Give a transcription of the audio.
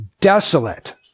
desolate